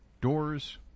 doors